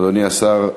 אדוני השר,